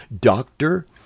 doctor